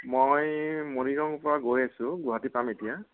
মই মৰিগাঁৱৰ পৰা গৈ আছোঁ গুৱাহাটী পাম এতিয়া